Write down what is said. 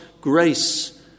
grace